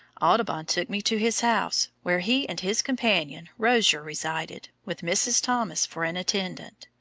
audubon took me to his house, where he and his companion, rozier, resided, with mrs. thomas for an attendant.